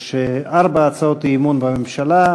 יש ארבע הצעות אי-אמון בממשלה,